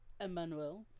Emmanuel